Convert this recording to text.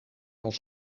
ons